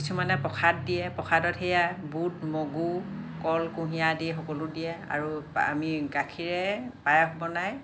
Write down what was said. কিছুমানে প্ৰসাদ দিয়ে প্ৰসাদত সেইয়া বুট মগু কল কুঁহিয়াৰ দি সকলো দিয়ে আৰু আমি গাখীৰে পায়স বনাই